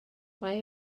mae